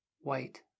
white